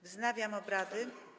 Wznawiam obrady.